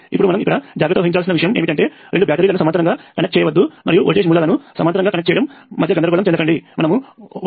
ఇప్పుడు మనము ఇక్కడ జాగ్రత్త వహించాల్సిన విషయం ఏమిటంటే రెండు బ్యాటరీలను సమాంతరంగా కనెక్ట్ చేయవద్దు మరియు వోల్టేజ్ మూలాలను సమాంతరంగా కనెక్ట్ చేయడం మధ్య గందరగోళం చెందకండిమనము 1